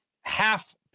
half